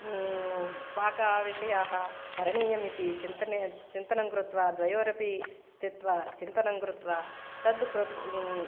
पाकविषयाः करणीयम् इति चिन्तने चिन्तनं कृत्वा द्वयोरपि स्थित्वा चिन्तनं कृत्वा तत् कृत्